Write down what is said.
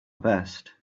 best